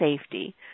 safety